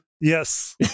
Yes